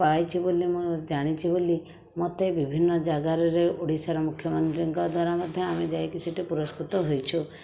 ପାଇଛି ବୋଲି ମୁଁ ଜାଣିଛି ବୋଲି ମୋତେ ବିଭିନ୍ନ ଯାଗାରରେ ଓଡ଼ିଶାର ମୁଖ୍ୟମନ୍ତ୍ରୀଙ୍କ ଦ୍ୱାରା ମଧ୍ୟ ଆମେ ଯାଇକି ସେଠି ପୁରସ୍କୃତ ହୋଇଛୁ